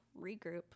regroup